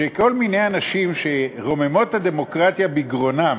שכל מיני אנשים שרוממות הדמוקרטיה בגרונם,